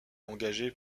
engagé